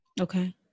Okay